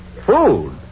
Food